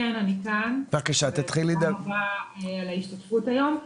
תודה רבה על ההשתתפות היום.